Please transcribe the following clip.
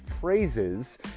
phrases